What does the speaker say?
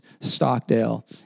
Stockdale